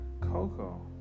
Coco